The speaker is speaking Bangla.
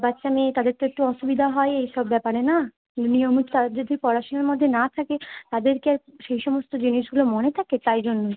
বাচ্চা মেয়ে তাদের তো একটু অসুবিধা হয় এই সব ব্যাপারে না নিয়মিত তারা যদি পড়াশুনোর মধ্যে না থাকে তাদের কি আর সেই সমস্ত জিনিসগুলো মনে থাকে তাই জন্যই